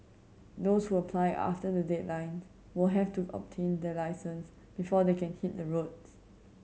those who apply after the deadline will have to obtain their licence before they can hit the roads